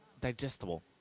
digestible